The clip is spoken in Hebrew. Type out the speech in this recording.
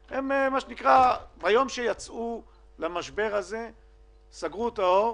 ביום שיצאנו למשבר הזה הן סגרו את האור,